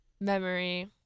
memory